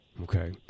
Okay